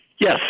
Yes